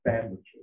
sandwiches